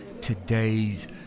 Today's